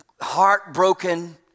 heartbroken